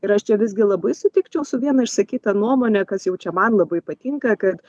ir aš čia visgi labai sutikčiau su viena išsakyta nuomone kas jau čia man labai patinka kad